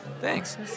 Thanks